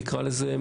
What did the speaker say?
נקרא לזה,